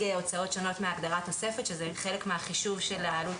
הוצאות שונות מהגדרת תוספת שזה חלק מהחישוב של העלות